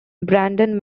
brandon